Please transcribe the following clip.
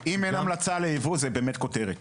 אם אין המלצה ליבוא זו באמת כותרת.